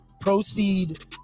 proceed